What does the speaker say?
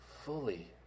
fully